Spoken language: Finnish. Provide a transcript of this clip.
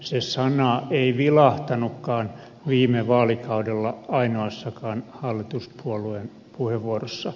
se sana ei vilahtanutkaan viime vaalikaudella ainoassakaan hallituspuolueen puheenvuorossa